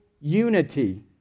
unity